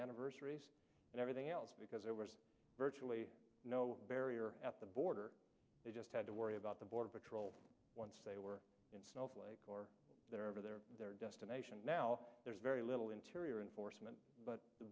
anniversaries and everything else because there was virtually no barrier at the border they just had to worry about the border patrol once they were in snowflake or whatever their destination now there's very little interior enforcement but the